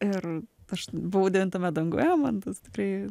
ir aš buvau devintame danguje man tikrai